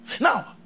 Now